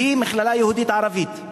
שהיא מכללה יהודית-ערבית.